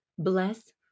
Bless